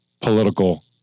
political